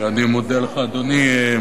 אני מודה לך, אדוני.